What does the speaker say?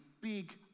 big